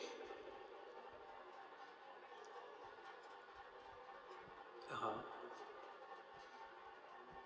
(uh huh)